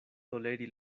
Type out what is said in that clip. toleri